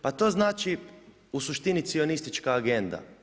Pa to znači u suštini cionistička agenda.